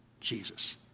Jesus